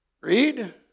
Read